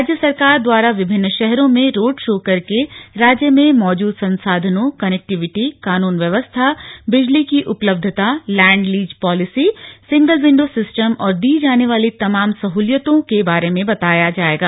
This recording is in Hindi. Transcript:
राज्य सरकार द्वारा विभिन्न शहरों में रोड शो करके राज्य में मौजूद संसाधनों कनेक्टिविटी कानून व्यवस्था बिजली की उपलब्यता land lease policy single window system और दी जाने वाली तमाम सहूलियतों के बारे में बताया जाएगा